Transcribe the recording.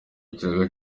ikiraka